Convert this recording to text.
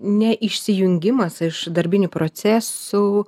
ne išsijungimas iš darbinių procesų